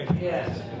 Yes